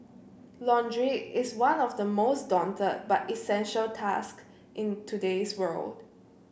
laundry is one of the most daunted but essential task in today's world